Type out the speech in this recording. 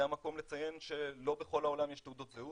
זה המקום לציין שלא בכל העולם יש תעודות זהות,